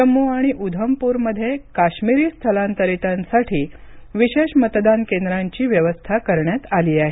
जम्मू आणि उधमपूरमध्ये काश्मीरी स्थलांतरितांसाठी विशेष मतदान केंद्रांची व्यवस्था करण्यात आली आहे